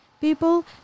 People